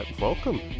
Welcome